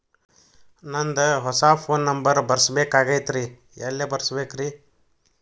ನಂದ ಹೊಸಾ phone number ಬರಸಬೇಕ್ ಆಗೈತ್ರಿ ಎಲ್ಲೆ ಬರಸ್ಬೇಕ್ರಿ?